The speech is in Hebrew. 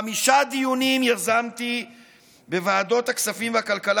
חמישה דיונים יזמתי בוועדות הכספים והכלכלה